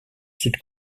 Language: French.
sud